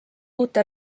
uute